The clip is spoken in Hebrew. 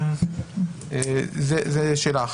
זו שאלה אחת.